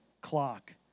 clock